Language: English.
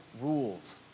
rules